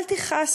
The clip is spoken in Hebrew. אל תכעס,